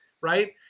right